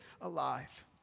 alive